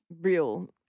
real